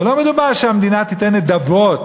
ולא מדובר שהמדינה תיתן נדבות,